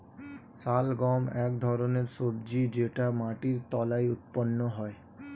শালগম এক ধরনের সবজি যেটা মাটির তলায় উৎপন্ন হয়